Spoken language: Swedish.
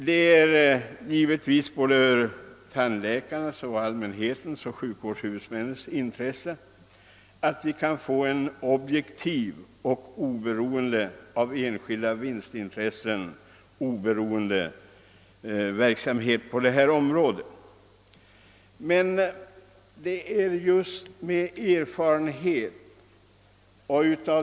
Det ligger givetvis i tandläkarnas, allmänhetens och <sjukvårdshuvudmännens intresse att vi kan få en objektiv och av enskilda vinstintressen oberoende verksamhet på detta område.